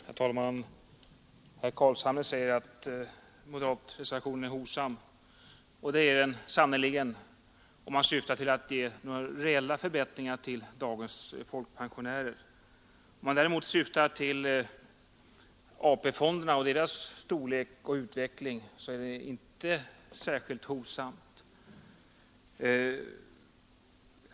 Herr talman! Herr Carlshamre säger att moderatreservationen är hovsam, och det är den sannerligen om man syftar till att ge några reella förbättringar till dagens folkpensionärer. Om man däremot tänker på AP-fonderna och deras storlek och utveckling är den inte särskilt hovsam.